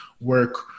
work